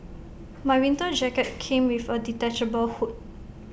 my winter jacket came with A detachable hood